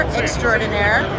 extraordinaire